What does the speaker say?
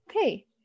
okay